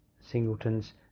singletons